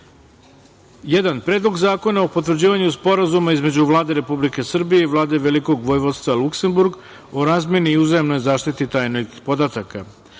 d1. Predlog zakona o potvrđivanju Sporazuma između Vlade Republike Srbije i Vlade Velikog Vojvodstva Luksemburg o razmeni i uzajamnoj zaštiti tajnih podataka;